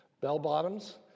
bell-bottoms